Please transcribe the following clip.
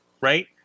right